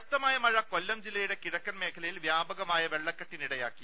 ശക്തമായ മഴ കൊല്ലം ജില്ലയുടെ കിഴക്കൻ ് മേഖലയിൽ വ്യാപകമായി വെള്ളക്കെട്ടിനിടയാക്കി